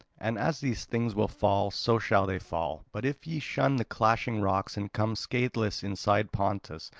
and as these things will fall, so shall they fall. but if ye shun the clashing rocks and come scatheless inside pontus,